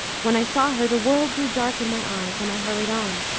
when i saw her, the world grew dark in my eyes and i hurried on.